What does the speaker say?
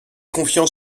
confiants